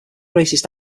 racist